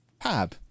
Pab